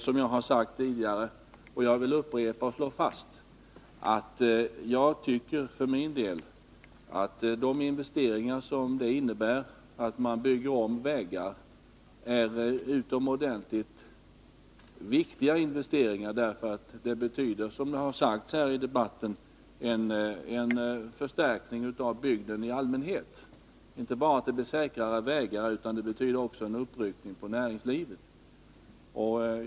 Som jag har sagt tidigare — och jag vill gärna slå fast det — anser jag att de investeringar som vi gör när vi bygger om vägar är utomordentligt viktiga. De betyder en förstärkning av bygden i allmänhet. Det blir inte bara säkrare vägar utan också en uppryckning av näringslivet.